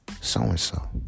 so-and-so